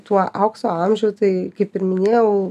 tuo aukso amžių tai kaip ir minėjau